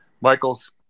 Michael's